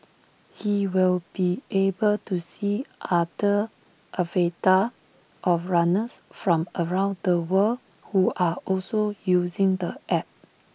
he will be able to see other avatars of runners from around the world who are also using the app